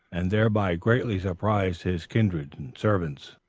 and thereby greatly surprised his kindred and servants,